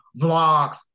vlogs